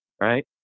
right